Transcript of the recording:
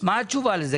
מה התשובה לזה?